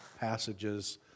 passages